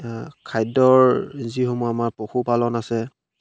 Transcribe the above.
খাদ্যৰ যিসমূহ আমাৰ পশুপালন আছে